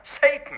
satan